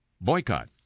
boycott